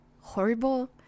horrible